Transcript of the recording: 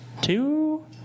two